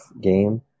game